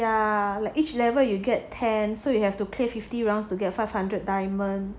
yeah like each level you get ten so like you have to play fifty round to get five hundred diamond